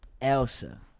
Elsa